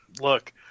Look